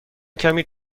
کمی